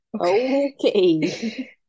okay